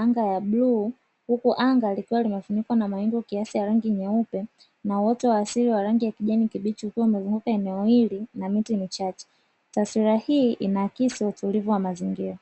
anga la bluu, huku anga likiwa limefunikwa na mawingu kiasi ya rangi nyeupe, na uoto wa asili wa kijani kibichi ukiwa umezunguka eneo hili na miti michache; taswira hii inaakisi utulivu wa mazingira.